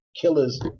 killers